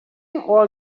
all